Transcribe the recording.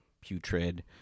putrid